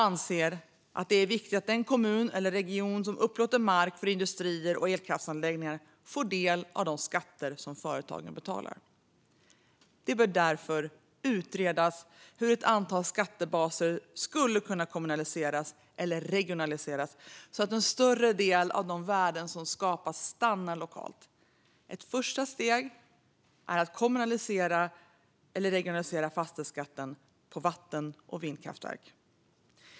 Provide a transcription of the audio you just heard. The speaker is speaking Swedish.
Det är viktigt att den kommun eller region som upplåter mark för industrier och elkraftsanläggningar får ta del av de skatter som företagen betalar. Det bör därför utredas hur ett antal skattebaser skulle kunna kommunaliseras eller regionaliseras så att en större del av de värden som skapas stannar lokalt. Ett första steg är att kommunalisera eller regionalisera fastighetsskatten på vatten och vindkraftverk.